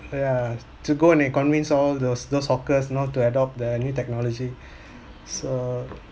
yeah to go in and convince all those those hawkers you know to adopt the new technology so